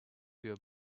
your